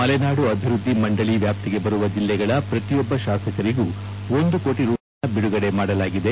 ಮಲೆನಾಡು ಅಭಿವೃದ್ಧಿ ಮಂಡಳ ವ್ಯಾಪ್ತಿಗೆ ಬರುವ ಜೆಲ್ಲೆಗಳ ಪ್ರತಿಯೊಬ್ಬ ಶಾಸಕರಿಗೂ ಒಂದು ಕೋಟ ರೂಪಾಯಿ ಅನುದಾನ ಬಿಡುಗಡೆ ಮಾಡಲಾಗಿದೆ